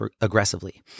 aggressively